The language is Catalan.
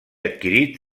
adquirit